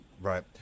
Right